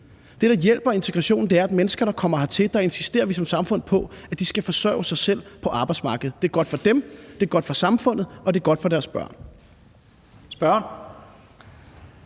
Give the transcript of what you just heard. Det, der hjælper integrationen, er, at i forhold til mennesker, der kommer hertil, insisterer vi som samfund på, at de skal forsørge sig selv på arbejdsmarkedet. Det er godt for dem, det er godt for samfundet, og det er godt for deres børn. Kl.